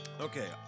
okay